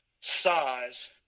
size